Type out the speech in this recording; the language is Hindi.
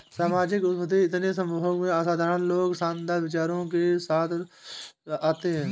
सामाजिक उद्यमी इतने सम्मोहक ये असाधारण लोग शानदार विचारों के साथ आते है